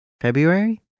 February